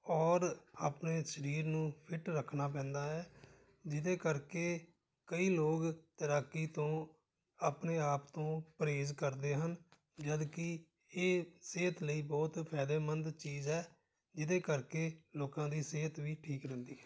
ਔਰ ਆਪਣੇ ਸਰੀਰ ਨੂੰ ਫਿਟ ਰੱਖਣਾ ਪੈਂਦਾ ਹੈ ਜਿਹਦੇ ਕਰਕੇ ਕਈ ਲੋਕ ਤੈਰਾਕੀ ਤੋਂ ਆਪਣੇ ਆਪ ਤੋਂ ਪਰਹੇਜ਼ ਕਰਦੇ ਹਨ ਜਦਕਿ ਇਹ ਸਿਹਤ ਲਈ ਬਹੁਤ ਫਾਇਦੇਮੰਦ ਚੀਜ਼ ਹੈ ਜਿਹਦੇ ਕਰਕੇ ਲੋਕਾਂ ਦੀ ਸਿਹਤ ਵੀ ਠੀਕ ਰਹਿੰਦੀ ਹੈ